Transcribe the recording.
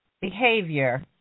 behavior